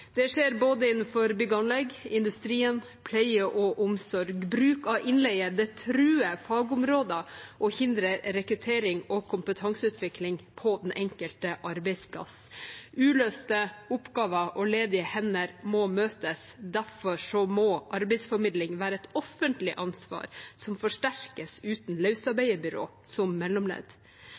Det skjer innenfor både bygg og anlegg, industrien, pleie og omsorg. Bruk av innleie truer fagområder og hindrer rekruttering og kompetanseutvikling på den enkelte arbeidsplass. Uløste oppgaver og ledige hender må møtes; derfor må arbeidsformidling være et offentlig ansvar, som forsterkes uten løsarbeiderbyråer som mellomledd.